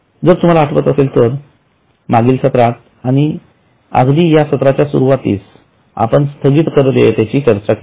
जर तुम्हाला आठवत असेल तर मागील सत्रातआणिअगदीयासत्राच्या सुरवातीसआपण स्थगित कर देयतेची चर्चा केली